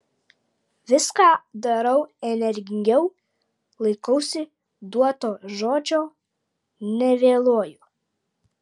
viską darau energingiau laikausi duoto žodžio nevėluoju